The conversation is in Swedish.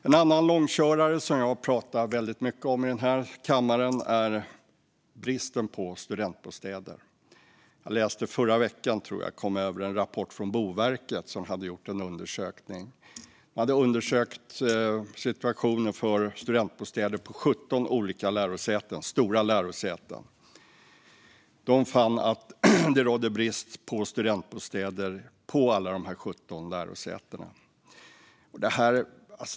En annan långkörare som jag har pratat väldigt mycket om i den här kammaren är bristen på studentbostäder. Jag kom i förra veckan över och läste en rapport från Boverket som hade gjort en undersökning. Det hade undersökt situationen när det gäller studentbostäder på 17 olika stora lärosäten. Man fann att det råder brist på studentbostäder på alla dessa 17 lärosäten.